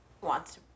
wants